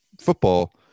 football